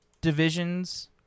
divisions